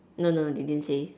no no no they didn't say